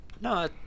no